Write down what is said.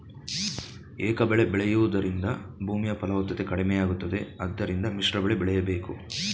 ಏಕಬೆಳೆ ಬೆಳೆಯೂದರಿಂದ ಭೂಮಿ ಫಲವತ್ತತೆ ಕಡಿಮೆಯಾಗುತ್ತದೆ ಆದ್ದರಿಂದ ಮಿಶ್ರಬೆಳೆ ಬೆಳೆಯಬೇಕು